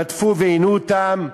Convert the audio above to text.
רדפו ועינו אותם,